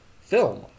film